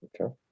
Okay